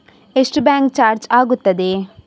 ಎಷ್ಟು bank charge ಆಗುತ್ತದೆ?